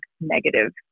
negative